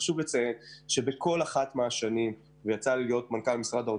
חשוב לציין שבכל אחת מהשנים שלי כמנכ"ל,